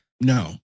No